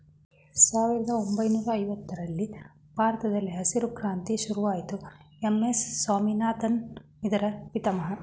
ಸಾವಿರದ ಒಂಬೈನೂರ ಐವತ್ತರರಲ್ಲಿ ಭಾರತದಲ್ಲಿ ಹಸಿರು ಕ್ರಾಂತಿ ಶುರುವಾಯಿತು ಎಂ.ಎಸ್ ಸ್ವಾಮಿನಾಥನ್ ಇದರ ಪಿತಾಮಹ